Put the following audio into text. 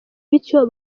bityo